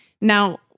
Now